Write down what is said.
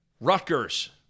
Rutgers